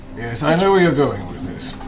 yes, i know where you're going with this,